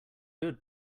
good